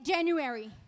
January